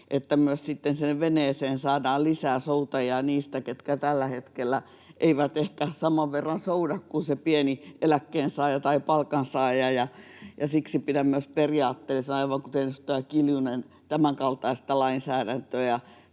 sitten myös saadaan lisää soutajia niistä, ketkä tällä hetkellä eivät ehkä saman verran souda kuin se pieni eläkkeensaaja tai palkansaaja, ja siksi pidän myös periaatteellisena, aivan kuten edustaja Kiljunen, tämänkaltaista lainsäädäntöä.